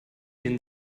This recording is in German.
den